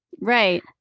Right